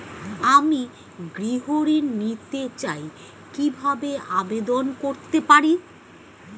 আমি গৃহ ঋণ নিতে চাই কিভাবে আবেদন করতে পারি?